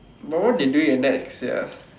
but why they do it at night sia